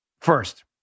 first